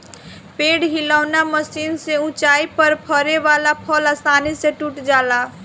पेड़ हिलौना मशीन से ऊंचाई पर फरे वाला फल आसानी से टूट जाला